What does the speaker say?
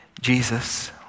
Jesus